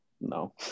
No